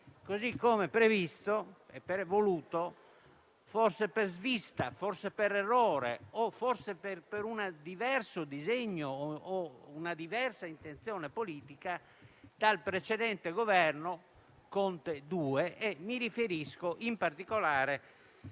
così come previsto e voluto, forse per svista, per errore o per un diverso disegno o una diversa intenzione politica, dal precedente Governo Conte II. Mi riferisco, in particolare,